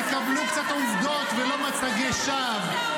------- תקבלו קצת עובדות ולא מצגי שווא.